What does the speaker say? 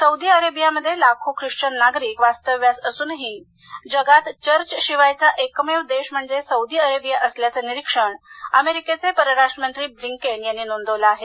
Saudi अरेबियामध्ये लाखो Christian नागरिक वास्तव्यास असूनही जगात चर्चशिवायचा एकमेव देश म्हणजे सौदी अरेबिया असल्याचं निरीक्षण अमेरिकेचे परराष्ट्र मंत्री ब्लिनकेन यांनी नोंदवले आहे